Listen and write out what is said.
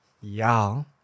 y'all